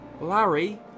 Larry